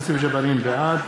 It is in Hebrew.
בעד